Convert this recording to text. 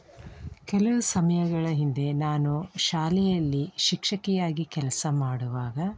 ಕೆಲವು ಸಮಯಗಳ ಹಿಂದೆ ನಾನು ಶಾಲೆಯಲ್ಲಿ ಶಿಕ್ಷಕಿಯಾಗಿ ಕೆಲಸ ಮಾಡುವಾಗ